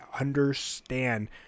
understand